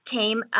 came